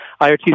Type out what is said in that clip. IRT